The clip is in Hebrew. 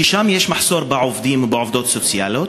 שיש שם מחסור בעובדים ובעובדות סוציאליות,